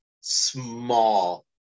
small